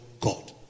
God